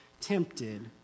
tempted